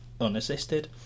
unassisted